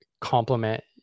complement